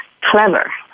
clever